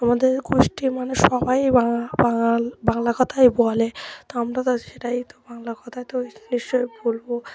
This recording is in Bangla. আমাদের গোষ্ঠী মানেষ সবাই বাঙালি বাংলা কথাই বলে তো আমরা তো সেটাই তো বাংলা কথাই তো নিশ্চয়ই বলবো